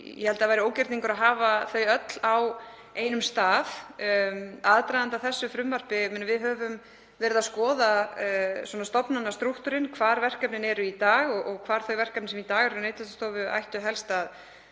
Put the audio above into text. ég held að það væri ógerningur að hafa þau öll á einum stað. Aðdragandinn að frumvarpinu er sá að við höfum verið að skoða stofnanastrúktúrinn, hvar verkefnin eru í dag og hvar þau verkefni, sem í dag eru hjá Neytendastofu, ættu helst að